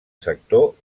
sector